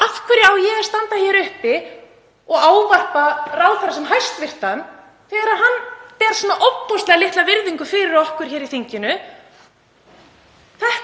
Af hverju á ég að standa hér uppi og ávarpa ráðherra sem hæstvirtan þegar hann ber svona ofboðslega litla virðingu fyrir okkur hér í þinginu?